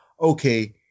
okay